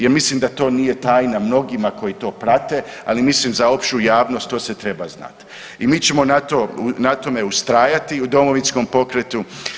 Ja mislim da to nije tajna mnogima koji to prate, ali mislim za opću javnost to se treba znat i mi ćemo na tome ustrajati u Domovinskom pokretu.